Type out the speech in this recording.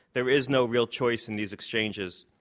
there is no real choice in these exchanges.